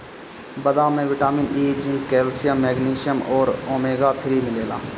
बदाम में vitamin E, zinc, calcium, magnesium अउरी ओमेगा थ्री मिलेला